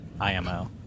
IMO